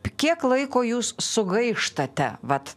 kiek laiko jūs sugaištate vat